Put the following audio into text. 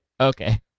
Okay